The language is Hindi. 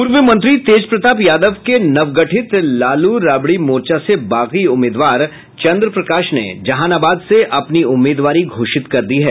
पूर्व मंत्री तेजप्रताप यादव के नवगठित लालू राबड़ी मोर्चा से बागी उम्मीदवार चंद्र प्रकाश ने जहानाबाद से अपनी उम्मीदवारी घोषित कर दी है